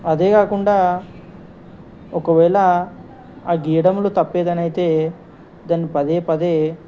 అదే కాకుండా ఒకవేళ ఆ గీయడంలో తప్పు ఏదైనా అయితే దాన్ని పదే పదే